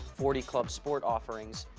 forty club sport offerings,